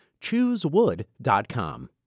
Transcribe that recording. Choosewood.com